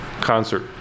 concert